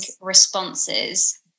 responses